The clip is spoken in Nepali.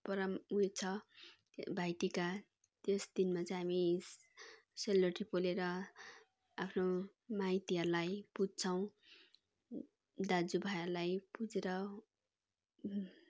परम उयो छ भाइटीका त्यस दिनमा चाहिँ हामी सेलरोटी पोलेर आफ्नो माइतीहरूलाई पुज्छौँ दाजु भाइहरूलाई पुजेर